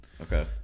Okay